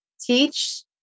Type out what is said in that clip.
teach